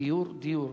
דיור, דיור.